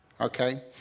Okay